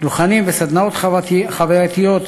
דוכנים וסדנאות חווייתיות,